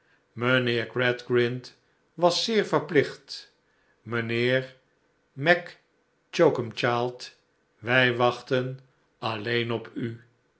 mijnheer gradgrind was zeer verplicht mijnheer mac choakumchild wij wachten alleen op u